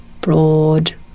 broad